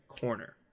corner